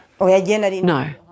No